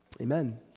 Amen